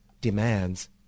demands